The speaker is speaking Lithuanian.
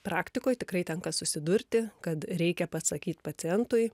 praktikoj tikrai tenka susidurti kad reikia pasakyt pacientui